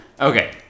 Okay